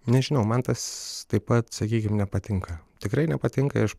nežinau man tas taip pat sakykim nepatinka tikrai nepatinka aš